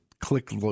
click